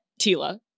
Tila